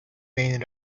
بین